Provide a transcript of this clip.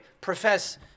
profess